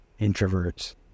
introverts